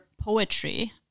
poetry